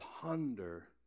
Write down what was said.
ponder